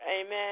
amen